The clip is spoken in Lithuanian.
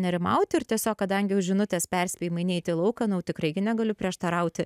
nerimauti ir tiesiog kadangi jau žinutės perspėjimai neit į lauką nu jau tikrai negaliu prieštarauti